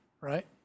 right